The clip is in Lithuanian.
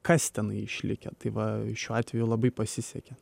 kas tenai išlikę tai va šiuo atveju labai pasisekė